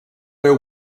their